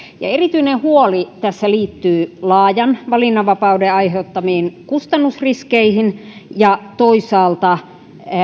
erityinen huoli tässä liittyy laajan valinnanvapauden aiheuttamiin kustannusriskeihin ja toisaalta